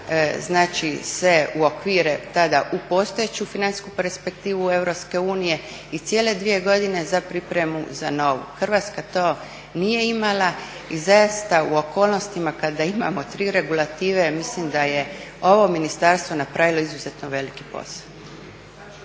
znači se uokvire tada u postojeću financijsku perspektivu Europske unije i cijele 2 godine za pripremu za novu. Hrvatska to nije imala i zaista u okolnostima kada imamo tri regulative mislim da je ovo ministarstvo napravilo izuzetno veliki posao.